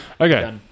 Okay